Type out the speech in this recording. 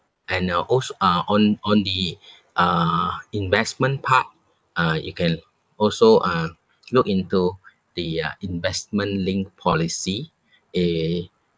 and uh als~ uh on on the uh investment part uh you can also uh look into the uh investment linked policy eh